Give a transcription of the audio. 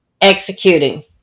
executing